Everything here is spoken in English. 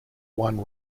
one